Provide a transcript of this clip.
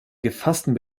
gefassten